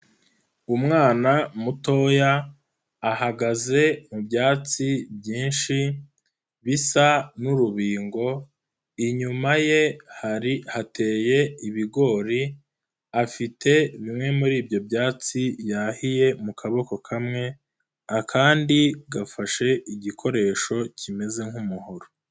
Umwana mutoya, ahagaze mu byatsi byinshi, bisa n'urubingo, inyuma ye hari hateye ibigori, afite bimwe muri ibyo byatsi yahiye mu kaboko kamwe, akandi gafashe igikoresho kimeze nk'umuhoro.